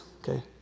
okay